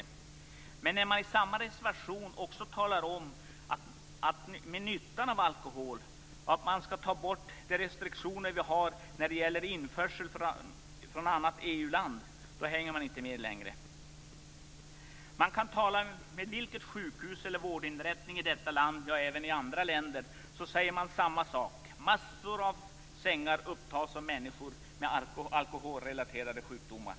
Däremot hänger vi inte längre med när man i samma reservation också talar om nyttan av alkoholen och om att restriktionerna på införsel från annat EU-land skall tas bort. Vilket sjukhus eller vilken vårdinrättning man än vänder sig till i vårt land eller i andra länder får man samma besked: Massor av sängar upptas av människor med alkoholrelaterade sjukdomar.